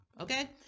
okay